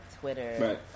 Twitter